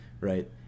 right